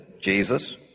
Jesus